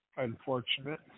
unfortunate